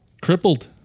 crippled